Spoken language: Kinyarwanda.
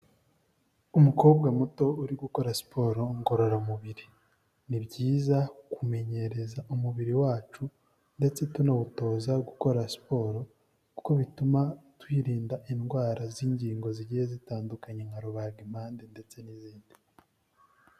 Umukobwa muto uri gukora siporo ngororamubiri, ni byiza kumenyereza umubiri wacu ndetse tunawutoza gukora siporo kuko bituma twirinda indwara z'ingingo zigiye zitandukanye nka rubagimpande ndetse n'izindi.